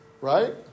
right